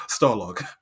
Starlog